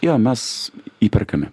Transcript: jo mes įperkami